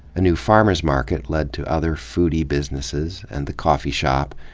a new farmer's market led to other foodie businesses and the coffee shop,